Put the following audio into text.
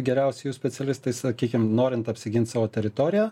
geriausi jų specialistai sakykim norint apsigint savo teritoriją